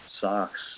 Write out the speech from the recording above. socks